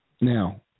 Now